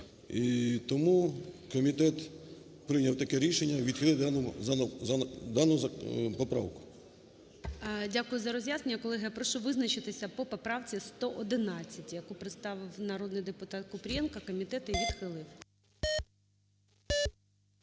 тому комітет прийняв таке рішення відхилити дану поправку.